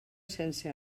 sense